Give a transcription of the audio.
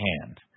hand